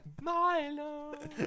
Milo